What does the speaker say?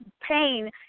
pain